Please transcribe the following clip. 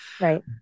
Right